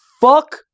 Fuck